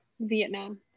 Vietnam